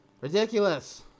ridiculous